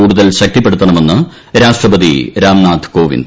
കൂടുതൽ ശക്തിപ്പെടുത്തണമെന്ന് രാഷ്ട്രപതി രാംനാഥ് കോവിന്ദ്